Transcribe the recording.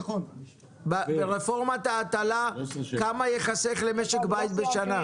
כמה רפורמת ההטלה תחסוך למשק בית בשנה?